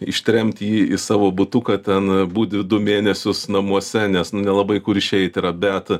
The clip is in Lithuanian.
ištremti jį į savo butuką ten būti du mėnesius namuose nes nu nelabai kur išeit bet